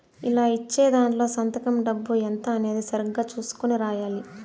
ఇలా ఇచ్చే దాంట్లో సంతకం డబ్బు ఎంత అనేది సరిగ్గా చుసుకొని రాయాలి